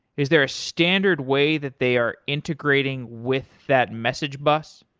is there a standard way that they are integrating with that message bus?